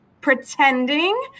pretending